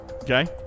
Okay